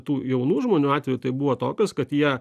tų jaunų žmonių atveju tai buvo tokios kad jie